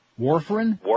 Warfarin